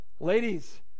Ladies